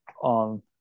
on